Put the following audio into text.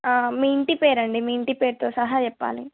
మీ ఇంటి పేరండి మీ ఇంటి పేరుతో సహా చెప్పాలి